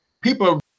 People